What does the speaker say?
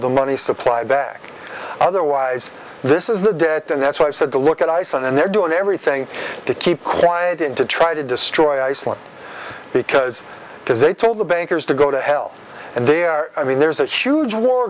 the money supply back otherwise this is the debt and that's why i said to look at iceland and they're doing everything to keep quiet and to try to destroy iceland because they told the bankers to go to hell and they are i mean there's a huge war